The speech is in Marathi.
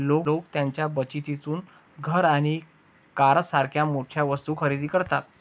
लोक त्यांच्या बचतीतून घर आणि कारसारख्या मोठ्या वस्तू खरेदी करतात